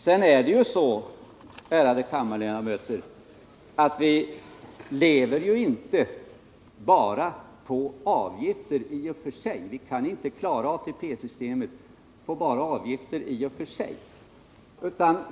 Men, ärade kammarledamöter, vi kan inte klara ATP-systemet på bara avgifter i och för sig.